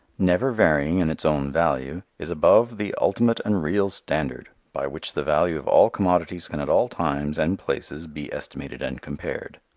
never varying in its own value is above the ultimate and real standard by which the value of all commodities can at all times and places be estimated and compared.